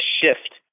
shift